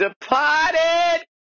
Departed